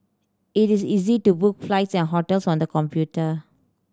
it is easy to book flights and hotels on the computer